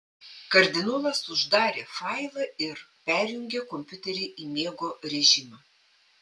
kardinolas uždarė failą ir perjungė kompiuterį į miego režimą